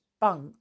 bunk